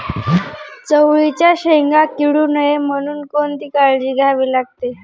चवळीच्या शेंगा किडू नये म्हणून कोणती काळजी घ्यावी लागते?